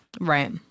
Right